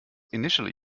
initially